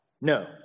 No